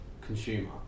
consumer